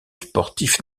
sportifs